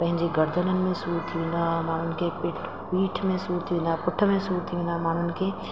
पंहिंजी गर्दननि में सूर थी वेंदो आहे माण्हुनि खे पीठ में सूर थी वेंदो आहे पुठ में सूर थी वेंदो आहे माण्हुनि खे